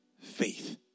faith